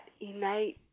innate